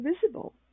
visible